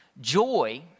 Joy